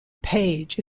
page